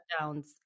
shutdowns